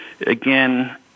again